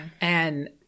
and-